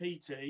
PT